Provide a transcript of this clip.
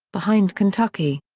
behind kentucky.